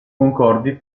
concordi